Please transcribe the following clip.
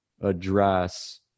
address